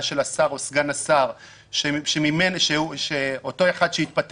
של השר או סגן השר של אותו אחד שהתפטר,